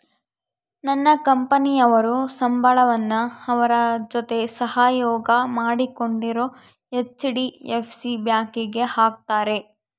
ನನ್ನ ಕಂಪನಿಯವರು ಸಂಬಳವನ್ನ ಅವರ ಜೊತೆ ಸಹಯೋಗ ಮಾಡಿಕೊಂಡಿರೊ ಹೆಚ್.ಡಿ.ಎಫ್.ಸಿ ಬ್ಯಾಂಕಿಗೆ ಹಾಕ್ತಾರೆ